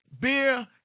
Beer